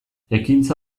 ekintza